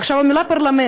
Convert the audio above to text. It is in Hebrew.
עכשיו, המילה פרלמנט